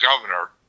governor